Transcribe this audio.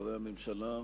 שרי הממשלה,